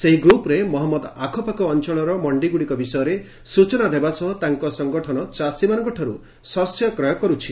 ସେହି ଗ୍ରପ୍ରେ ମହମ୍ମଦ ଆଖପାଖ ଅଞ୍ଚଳର ମଣ୍ଡିଗୁଡ଼ିକ ବିଷୟରେ ସ୍ଟଚନା ଦେବା ସହ ତାଙ୍କ ସଙ୍ଗଠନ ଚାଷୀମାନଙ୍କଠାରୁ ଶସ୍ୟ କ୍ରୟ କର୍ ଛି